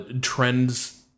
trends